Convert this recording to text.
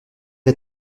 est